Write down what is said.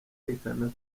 byerekana